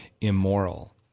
immoral